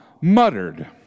muttered